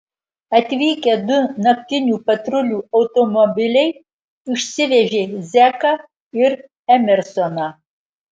atvykę du naktinių patrulių automobiliai išsivežė zeką ir emersoną